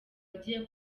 agiye